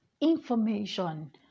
information